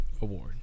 Award